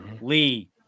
Lee